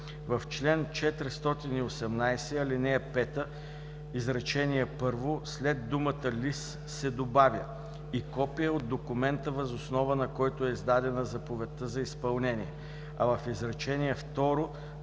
В чл. 418, ал. 5, изречение първо след думата „лист“ се добавя „и копие от документа, въз основа на който е издадена заповедта за изпълнение“, а в изречение